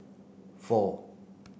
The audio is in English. four